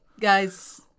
guys